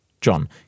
John